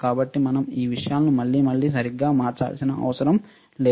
కాబట్టి మనం ఈ విషయాలను మళ్లీ మళ్లీ సరిగ్గా మార్చాల్సిన అవసరం లేదు